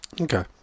Okay